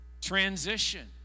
Transition